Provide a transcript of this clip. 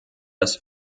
das